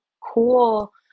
cool